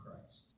Christ